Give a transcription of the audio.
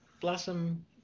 Blossom